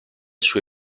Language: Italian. sue